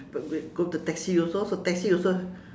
but grab go the taxi also the taxi also